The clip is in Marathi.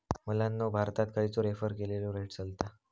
मुलांनो भारतात खयचो रेफर केलेलो रेट चलता?